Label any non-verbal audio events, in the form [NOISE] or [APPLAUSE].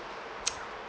[NOISE]